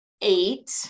eight